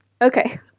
Okay